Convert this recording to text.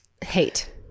hate